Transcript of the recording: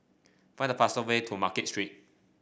find the fastest way to Market Street